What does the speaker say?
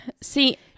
See